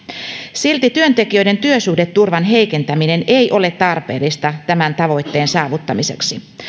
silti työntekijöiden työsuhdeturvan heikentäminen ei ole tarpeellista tämän tavoitteen saavuttamiseksi